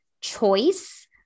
choice